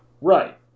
Right